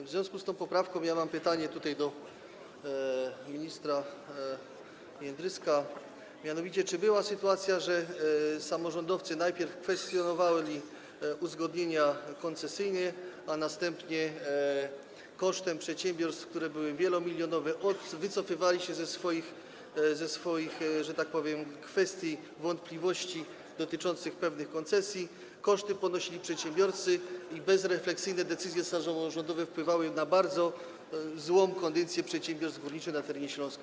W związku z tą poprawką mam pytanie do ministra Jędryska: Czy mianowicie była taka sytuacja że samorządowcy najpierw kwestionowali uzgodnienia koncesyjnie, a następnie kosztem przedsiębiorstw, a były to kwoty wielomilionowe, wycofywali się ze swoich, że tak powiem, wątpliwości dotyczących pewnych koncesji, koszty ponosili przedsiębiorcy, a bezrefleksyjne decyzje samorządowe wpływały na bardzo złą kondycję przedsiębiorstw górniczych na terenie Śląska?